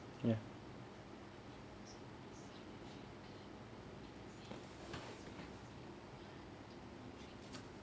ya